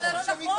זה לא נכון.